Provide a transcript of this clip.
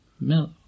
milk